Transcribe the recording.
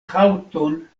haŭton